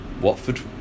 Watford